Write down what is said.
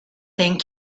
thing